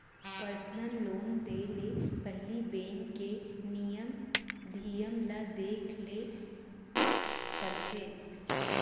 personal loan देय ले पहिली बेंक के नियम धियम ल देखे ल परथे